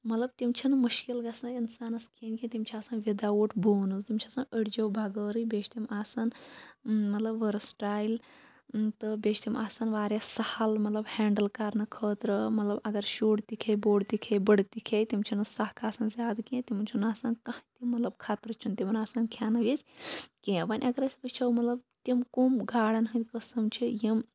مطلب تِم چھِنہٕ مُشکل گژھان اِنسانَس کھیٚنۍ کیٚنٛہہ تِم چھِ آسان وِدآوُٹ بونٕز تِم چھِ آسان أڑجیو بغٲرٕے بیٚیہِ چھِ تِم آسان مطلب ؤرٕسٹایل تہٕ بیٚیہِ چھِ تِم آسان واریاہ سہل مطلب ہٮ۪نٛڈٕل کَرنہٕ خٲطرٕ مطلب اگر شُر تہِ کھیٚیہِ بوٚڑ تہِ کھیٚیہِ بٔڑٕ تہِ کھیٚیہِ تِم چھِنہٕ سَکھ آسان زیادٕ کینٛہہ تِمَن چھُنہٕ آسان کانٛہہ تہِ مطلب خطرٕ چھُنہٕ تِمَن آسان کھٮ۪نہٕ وِز کینٛہہ وۄنۍ اگر أسۍ وٕچھو مطلب تِم کٕم گاڈَن ہٕںدۍ قٕسٕم چھِ یِم